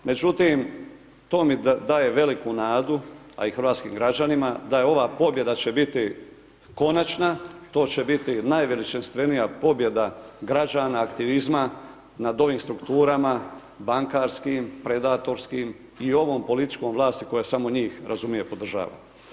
Međutim, to mi da je veliku nadu, a i hrvatskim građanima da je ova pobjeda će biti konačna, to će biti najveličanstvenija pobjeda građana aktivizma nad ovim strukturama bankarskim, predatorskim i ovom političkom vlasti koja samo njih razumije i podržava.